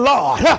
Lord